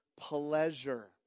pleasure